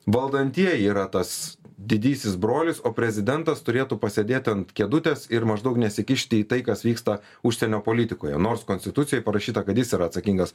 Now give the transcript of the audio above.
valdantieji yra tas didysis brolis o prezidentas turėtų pasėdėti ant kėdutės ir maždaug nesikišti į tai kas vyksta užsienio politikoje nors konstitucijoj parašyta kad jis yra atsakingas